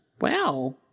Wow